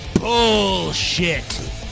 bullshit